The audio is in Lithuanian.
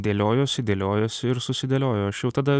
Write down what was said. dėliojosi dėliojosi ir susidėliojo aš jau tada